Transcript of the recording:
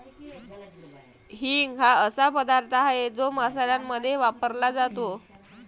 हिंग हा असा पदार्थ आहे जो मसाल्यांमध्ये वापरला जातो